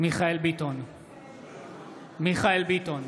מיכאל מרדכי ביטון,